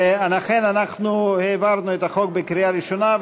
אנחנו העברנו את הצעת החוק בקריאה ראשונה,